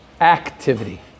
activity